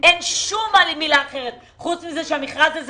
אין שום מילה אחרת חוץ מזה שהמכרז הזה